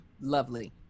lovely